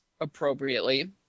appropriately